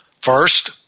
First